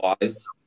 wise